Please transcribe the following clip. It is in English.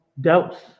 doubts